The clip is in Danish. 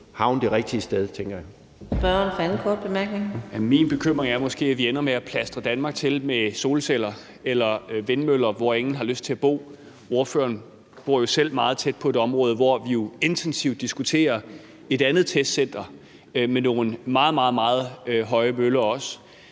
Kl. 19:02 Peter Kofod (DF): Min bekymring er måske, at vi ender med at plastre Danmark til med solceller eller vindmøller på steder, hvor ingen har lyst til at bo. Ordføreren bor jo selv meget tæt på et område, hvor vi intensivt diskuterer et andet testcenter med nogle meget, meget